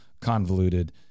convoluted